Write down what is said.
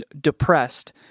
depressed